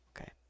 Okay